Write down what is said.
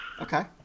Okay